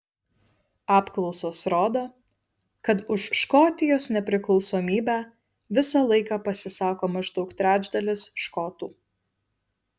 apklausos rodo kad už škotijos nepriklausomybę visą laiką pasisako maždaug trečdalis škotų